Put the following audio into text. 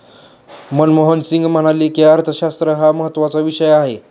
मनमोहन सिंग म्हणाले की, अर्थशास्त्र हा महत्त्वाचा विषय आहे